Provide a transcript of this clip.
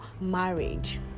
marriage